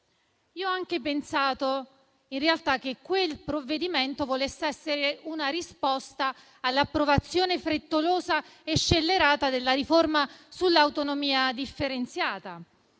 Ho anche pensato, in realtà, che quel provvedimento volesse essere una risposta all'approvazione frettolosa e scellerata della riforma sull'autonomia differenziata,